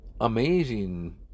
amazing